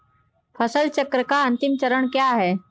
फसल चक्र का अंतिम चरण क्या है?